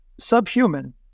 Subhuman